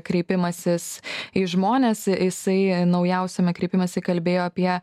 kreipimasis į žmones jisai naujausiame kreipimęsi kalbėjo apie